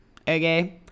Okay